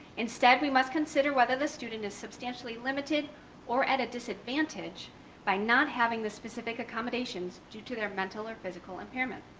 instead, we must consider whether the student is substantially limited or at a disadvantage by not having the specific accommodations due to their mental or physical impairment.